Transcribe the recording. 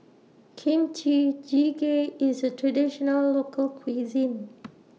Kimchi Jjigae IS A Traditional Local Cuisine